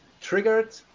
triggered